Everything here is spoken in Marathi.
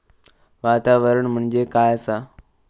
वातावरण म्हणजे काय आसा?